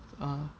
ah